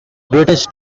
british